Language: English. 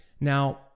Now